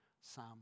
Psalm